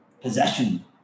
possession